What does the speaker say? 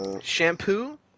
Shampoo